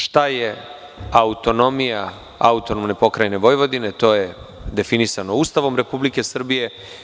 Šta je autonomija AP Vojvodine, to je definisano Ustavom Republike Srbije.